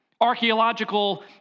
Archaeological